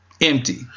empty